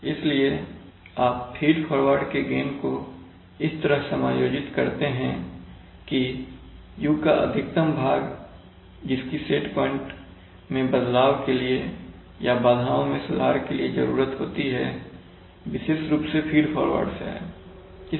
इसलिए आप feed forward के गेन को इस तरह समायोजित करते हैं कि U का अधिकतम भाग जिसकी सेट प्वाइंट में बदलाव के लिए या बाधाओं मैं सुधार के लिए जरूरत होती है विशेष रुप से फीड फॉरवर्ड से आए